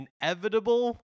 inevitable